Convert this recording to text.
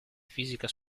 fisica